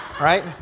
right